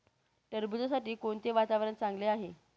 टरबूजासाठी कोणते वातावरण चांगले आहे?